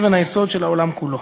אבן היסוד של העולם כולו.